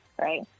right